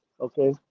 Okay